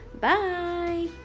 bye